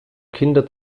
kinder